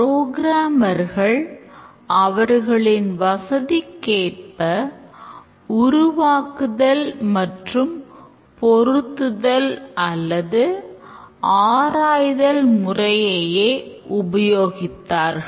புரோகிராமர்கள் அவர்களின் வசதிக்கேற்ப உருவாக்குதல் மற்றும் பொருத்துதல் அல்லது ஆராய்தல் முறையையே உபயோகித்தார்கள்